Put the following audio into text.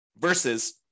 versus